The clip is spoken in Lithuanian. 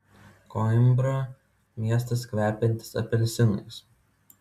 koimbra miestas kvepiantis apelsinais